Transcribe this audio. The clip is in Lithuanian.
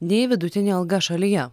nei vidutinė alga šalyje